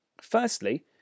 Firstly